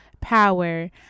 power